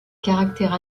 caractère